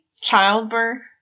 childbirth